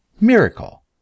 miracle